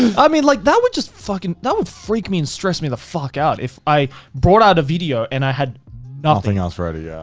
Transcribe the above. i mean, like that would just fucking, that would freak me and stress me the fuck out. if i brought out a video and i had nothing. nothing else ready, yeah